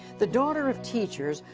the daughter of teachers,